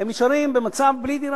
הם נשארים בלי דירה.